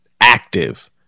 active